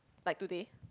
by today